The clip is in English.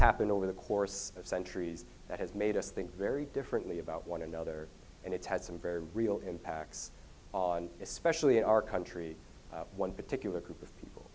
happened over the course of centuries that has made us think very differently about one another and it's had some very real impacts on especially in our country one particular group of